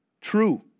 True